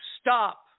Stop